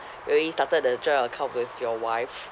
already started a joint account with your wife